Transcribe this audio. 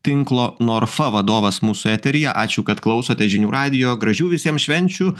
tinklo norfa vadovas mūsų eteryje ačiū kad klausote žinių radijo gražių visiems švenčių